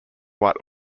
white